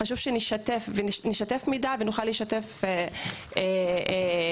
חשוב שנשתף מידע ונוכל לשתף כלים,